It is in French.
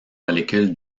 molécule